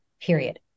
period